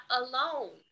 alone